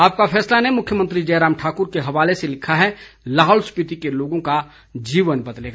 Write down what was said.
आपका फैसला ने मुख्यमंत्री जयराम ठाकुर के हवाले से लिखा है लाहौल स्पीति के लोगों का जीवन बदलेगा